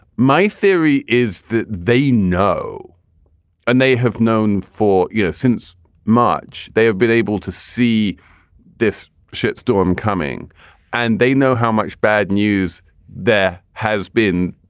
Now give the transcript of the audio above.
my theory is that they know and they have known for, you know, since march. they have been able to see this shitstorm coming and they know how much bad news there has been.